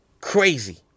crazy